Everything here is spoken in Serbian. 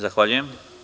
Zahvaljujem.